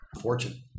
fortune